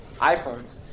iPhones